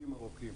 שלום לכולם,